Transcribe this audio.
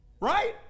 Right